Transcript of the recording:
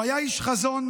הוא היה איש חזון,